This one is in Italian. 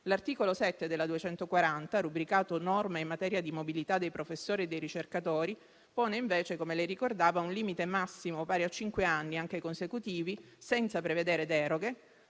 legge n. 240 del 2010 (rubricato «Norme in materia di mobilità dei professori e dei ricercatori») pone invece, come da lei ricordato, un limite massimo pari a cinque anni anche consecutivi, senza prevedere deroghe,